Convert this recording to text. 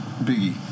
Biggie